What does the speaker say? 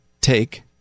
take